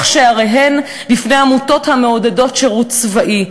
שעריהן בפני עמותות המעודדות שירות צבאי.